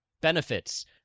benefits